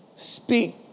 Speak